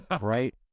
right